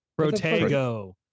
Protego